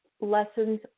lessons